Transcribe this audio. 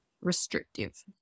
restrictive